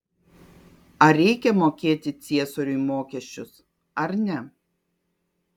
ar reikia mokėti ciesoriui mokesčius ar ne